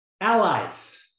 allies